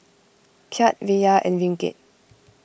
Kyat Riyal and Ringgit